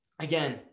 Again